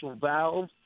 valve